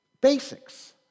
basics